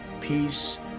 peace